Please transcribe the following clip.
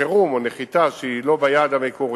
נחיתת חירום או נחיתה שהיא לא ביעד המקורי,